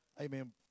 Amen